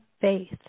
faith